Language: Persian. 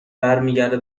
برمیگرده